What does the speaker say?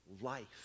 life